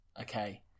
Okay